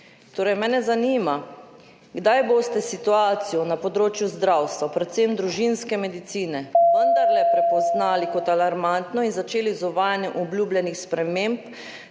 nič. Mene zanima: Kdaj boste situacijo na področju zdravstva, predvsem družinske medicine, vendarle prepoznali kot alarmantno in začeli z uvajanjem obljubljenih sprememb